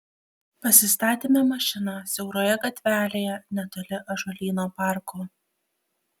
pasistatėme mašiną siauroje gatvelėje netoli ąžuolyno parko